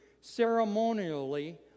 ceremonially